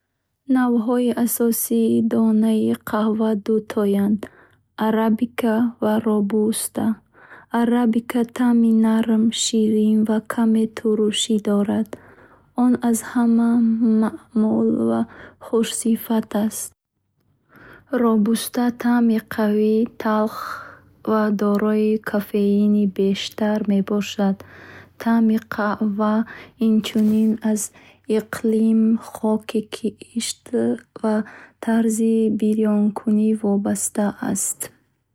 Навъҳои асосии донаи қаҳва дутоянд: Арабика ва Робуста. Арабика таъми нарм ширин ва каме туршӣ дорад он аз ҳама маъмул ва хушсифат аст. Робуста таъмаш қавӣ талх ва дорои кофеини бештар мебошад. Таъми қаҳва инчунин аз иқлим хоки кишт ва тарзи бирёнкунӣ вобаста аст.